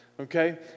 Okay